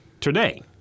Today